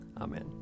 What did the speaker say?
Amen